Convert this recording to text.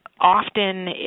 Often